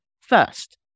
first